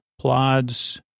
plods